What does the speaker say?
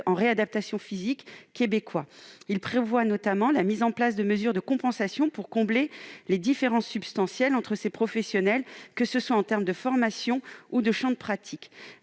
en réadaptation physique québécois. Il prévoit notamment la mise en place de mesures de compensation pour combler les différences substantielles entre ces professionnels, que ce soient en termes de formation ou de champ de pratique.